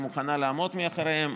היא מוכנה לעמוד מאחוריהם.